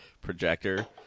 projector